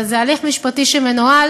אבל זה הליך משפטי שמנוהל,